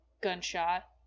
gunshot